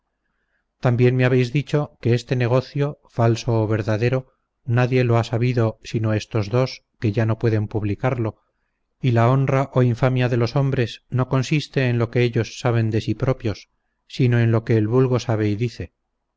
también me habéis dicho que este negocio falso o verdadero nadie lo ha sabido sino estos dos que ya no pueden publicarlo y la honra o infamia de los hombres no consiste en lo que ellos saben de sí propios sino en lo que el vulgo sabe y dice